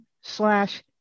slash